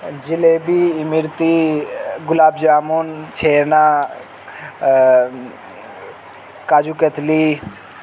jalebi imarti gulab jamun chhena kaju katli